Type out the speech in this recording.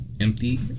empty